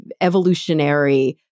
evolutionary